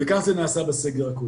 וכך זה נעשה בסגר הקודם.